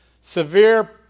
severe